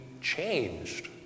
changed